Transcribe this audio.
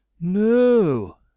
no